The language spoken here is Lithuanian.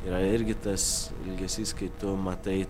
yra irgi tas elgesys kai tu matai